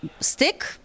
stick